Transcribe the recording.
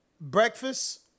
breakfast